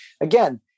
again